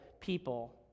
people